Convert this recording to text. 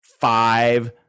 five